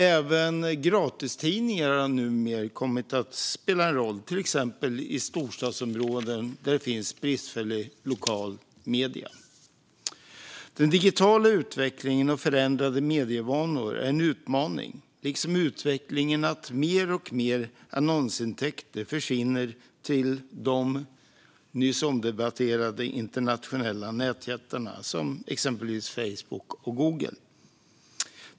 Även gratistidningar har numera kommit att spela en roll, till exempel i storstadsområden där det finns bristfälliga lokala medier. Den digitala utvecklingen och förändrade medievanor är en utmaning, liksom utvecklingen att mer och mer annonsintäkter försvinner till de nyss omdebatterade internationella nätjättarna, exempelvis Facebook och Google.